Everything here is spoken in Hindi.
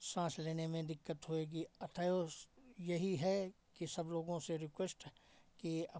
साँस लेने में दिक्कत होएगी अतएव यही है कि सब लोगों से रिक्वेस्ट है कि अप